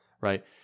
right